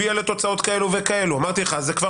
הביאה לתוצאות כאלה וכאלה זה כבר